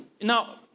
now